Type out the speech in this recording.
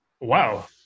Wow